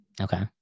Okay